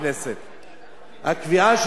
הקביעה,